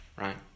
right